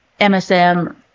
MSM